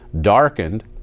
darkened